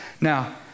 Now